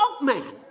man